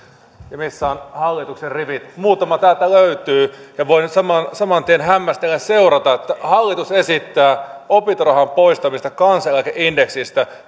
missä ovat hallituksen rivit muutama täältä löytyy voin saman saman tien hämmästellen seurata että hallitus esittää opintorahan poistamista kansaneläkeindeksistä